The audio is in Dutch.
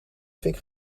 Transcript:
fik